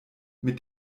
mit